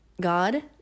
God